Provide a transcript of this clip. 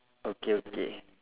okay okay